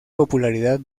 popularidad